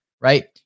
right